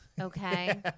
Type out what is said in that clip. Okay